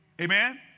amen